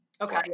Okay